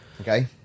okay